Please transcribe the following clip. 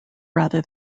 rather